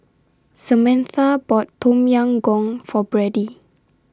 Samantha bought Tom Yam Goong For Brady